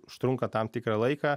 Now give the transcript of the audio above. užtrunka tam tikrą laiką